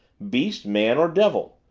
beast, man, or devil?